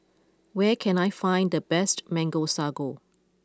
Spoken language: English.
where can I find the best Mango Sago